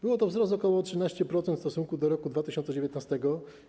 Był to wzrost o ok. 13% w stosunku do roku 2019.